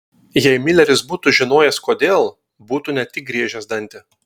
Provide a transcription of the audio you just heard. jei mileris būtų žinojęs kodėl būtų ne tik griežęs dantį